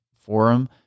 forum